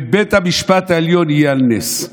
ובית המשפט העליון יהיה על נס.